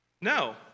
No